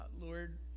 Lord